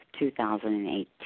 2018